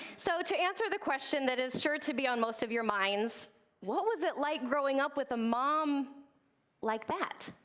so to answer the question that is sure to be on most of your minds what was it like growing up with a mom like that?